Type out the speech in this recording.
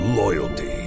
loyalty